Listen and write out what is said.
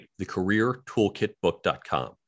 thecareertoolkitbook.com